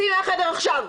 צאי מהחדר עכשיו.